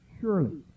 surely